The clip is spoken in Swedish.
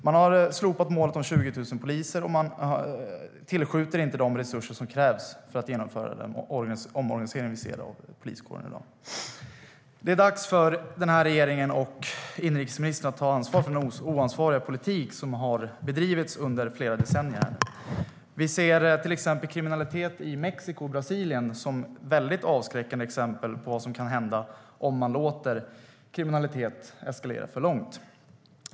Man har slopat målet på 20 000 poliser, och man tillskjuter inte de resurser som krävs för att genomföra den omorganisering vi ser av poliskåren i dag. Det är dags för den här regeringen och inrikesministern att ta ansvar för den oansvariga politik som har bedrivits under flera decennier. Vi ser kriminalitet i Mexiko och Brasilien som avskräckande exempel på vad som kan hända om man låter kriminalitet eskalera för mycket.